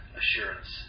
assurance